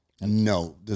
No